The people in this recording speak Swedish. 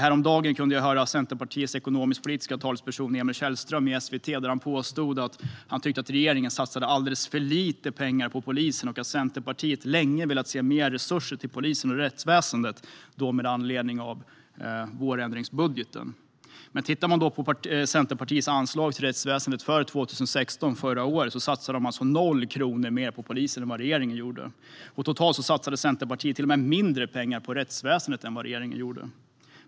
Häromdagen hörde jag Centerpartiets ekonomisk-politiska talesperson Emil Källström i SVT där han påstod att han tyckte att regeringen satsade alldeles för lite pengar på polisen och att Centerpartiet länge har velat se mer resurser till polisen och rättsväsendet, då med anledning av vårändringsbudgeten. Men tittar man på Centerpartiets anslag till rättsväsendet för 2016 ser man att de satsade 0 kronor mer på polisen än vad regeringen gjorde. Och totalt satsade Centerpartiet till och med mindre pengar på rättsväsendet än vad regeringen gjorde.